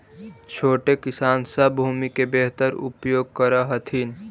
छोटे किसान सब भूमि के बेहतर उपयोग कर हथिन